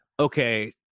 okay